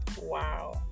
Wow